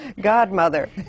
godmother